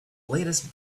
latest